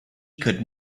could